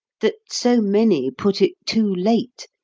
that so many put it too late,